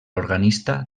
organista